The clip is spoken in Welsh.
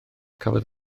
cafodd